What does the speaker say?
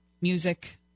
music